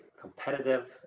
competitive